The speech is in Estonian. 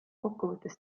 kokkuvõttes